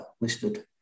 listed